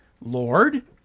Lord